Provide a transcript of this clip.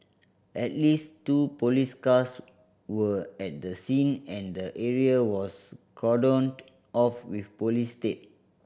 at least two police cars were at the scene and the area was cordoned off with police tape